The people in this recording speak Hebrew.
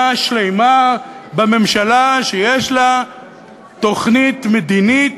שלמה בממשלה שיש לה תוכנית מדינית,